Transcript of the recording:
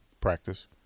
practice